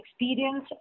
experience